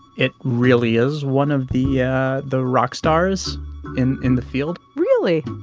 it really is one of the yeah the rock stars in in the field really?